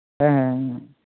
ᱦᱮᱸ ᱦᱮᱸ ᱦᱮᱸ ᱦᱮᱸ